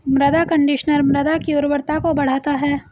मृदा कंडीशनर मृदा की उर्वरता को बढ़ाता है